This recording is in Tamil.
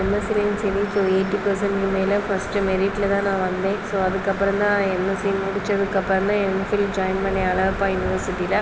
எம்எஸ்சிலேயும் சரி ஸோ எயிட்டி பர்சென்ட் மேல் ஃபர்ஸ்ட் மெரிட்டில் தான் நான் வந்தேன் ஸோ அதுக்கப்புறம் தான் எம்எஸ்சி முடித்ததுக்கப்புறமே எம்ஃபில் ஜாயின் பண்ணேன் அழகப்பா யூனிவர்சிட்டியில்